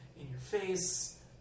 in-your-face